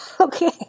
Okay